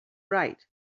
right